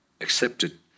accepted